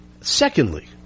Secondly